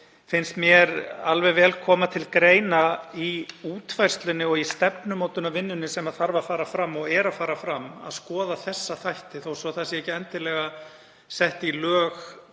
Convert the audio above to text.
finnst mér vel koma til greina í útfærslunni og í stefnumótunarvinnunni, sem þarf að fara fram og fer fram, að skoða þessa þætti þó svo að það sé ekki endilega sett í lög